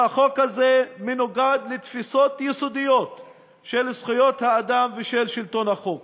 שהחוק הזה מנוגד לתפיסות יסודיות של זכויות האדם ושל שלטון החוק.